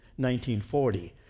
1940